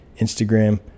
Instagram